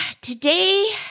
today